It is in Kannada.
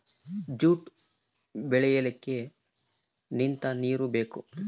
ಜೂಟ್ ಬೆಳಿಯಕ್ಕೆ ನಿಂತ ನೀರು ಬೇಕು